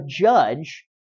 judge